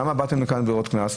למה באתם לכאן עם עבירות קנס?